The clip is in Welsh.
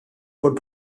fod